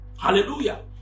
Hallelujah